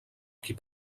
qui